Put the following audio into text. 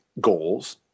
goals